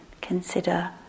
consider